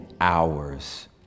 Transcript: hours